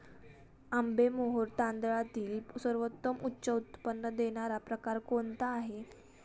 आंबेमोहोर तांदळातील सर्वोत्तम उच्च उत्पन्न देणारा प्रकार कोणता आहे?